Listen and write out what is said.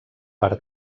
per